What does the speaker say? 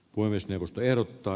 voimistelusta erottaa